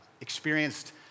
experienced